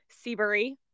Seabury